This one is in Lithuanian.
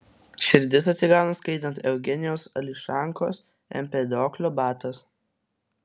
širdis atsigauna skaitant eugenijaus ališankos empedoklio batas